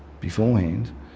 beforehand